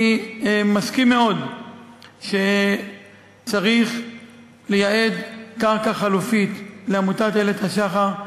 אני מסכים מאוד שצריך לייעד קרקע חלופית לעמותת "איילת השחר".